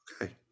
Okay